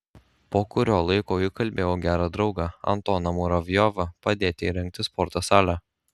po kurio laiko įkalbėjau gerą draugą antoną muravjovą padėti įrengti sporto salę